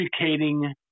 educating